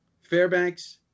Fairbanks